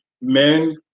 Men